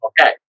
Okay